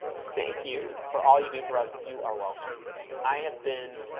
thank you for all you do for us you are welcome i have been